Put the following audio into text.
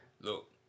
look